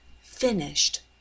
finished